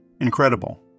Incredible